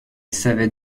savait